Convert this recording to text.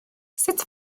sut